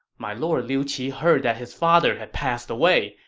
my lord liu qi heard that his father had passed away,